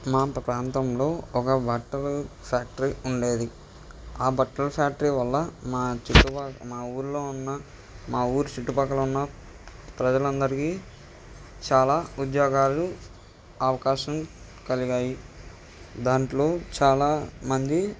మా యొక్క ప్రాంతంలో ఒక బట్టల ఫ్యాక్టరీఉండేది ఆ బట్టల ఫ్యాక్టరీ వల్ల మా చుట్టుప మా ఊళ్ళో ఉన్న మా ఊరు చుట్టుపక్కలున్న ప్రజలందరికీ చాలా ఉద్యోగాలు అవకాశం కలిగాయి దాంట్లో చాలా మంది